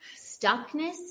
stuckness